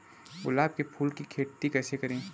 गुलाब के फूल की खेती कैसे करें?